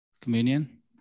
Communion